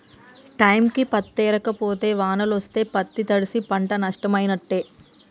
టైంకి పత్తేరక పోతే వానలొస్తే పత్తి తడ్సి పంట నట్టమైనట్టే